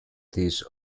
this